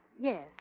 yes